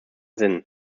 sinn